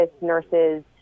nurses